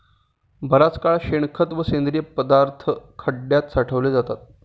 बराच काळ शेणखत व सेंद्रिय पदार्थ खड्यात साठवले जातात